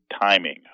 timing